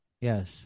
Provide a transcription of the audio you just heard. Yes